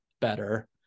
better